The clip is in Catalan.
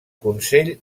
consell